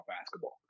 basketball